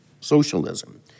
socialism